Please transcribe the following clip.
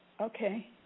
Okay